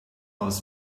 was